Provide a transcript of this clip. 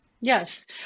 Yes